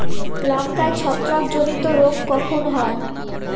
লঙ্কায় ছত্রাক জনিত রোগ কখন হয়?